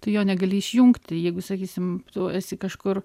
tu jo negali išjungti jeigu sakysim tu esi kažkur